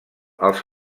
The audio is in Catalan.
als